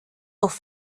noch